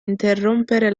interrompere